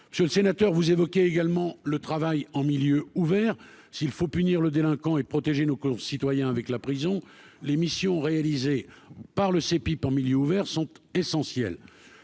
je le sénateur, vous évoquiez également le travail en milieu ouvert, s'il faut punir le délinquant et de protéger nos concitoyens avec la prison, l'émission réalisée par le pipe en milieu ouvert sont essentiels,